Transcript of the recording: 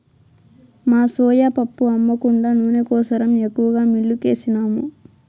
మా సోయా పప్పు అమ్మ కుండా నూనె కోసరం ఎక్కువగా మిల్లుకేసినాము